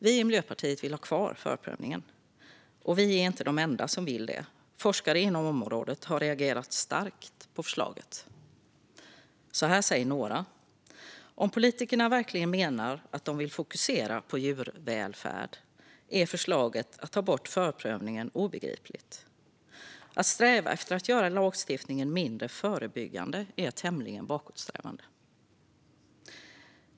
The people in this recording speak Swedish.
Vi i Miljöpartiet vill ha kvar förprövningen, och vi är inte de enda som vill det. Forskare inom området har reagerat starkt på förslaget. Så här säger några: Om politikerna verkligen menar att de vill fokusera på djurvälfärd är förslaget att ta bort förprövningen obegripligt. Att sträva efter att göra lagstiftningen mindre förebyggande är tämligen bakåtsträvande.